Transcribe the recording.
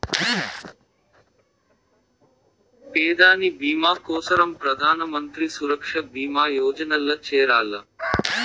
పెదాని బీమా కోసరం ప్రధానమంత్రి సురక్ష బీమా యోజనల్ల చేరాల్ల